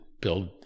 build